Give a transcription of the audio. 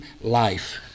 life